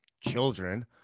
children